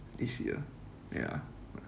this year yeah